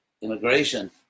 immigration